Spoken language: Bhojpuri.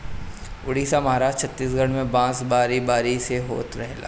उड़ीसा, महाराष्ट्र, छतीसगढ़ में बांस बारी बारी से होत रहेला